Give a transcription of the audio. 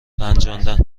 رنجاندن